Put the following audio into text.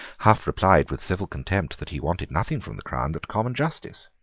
hough replied with civil contempt that he wanted nothing from the crown but common justice.